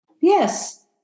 Yes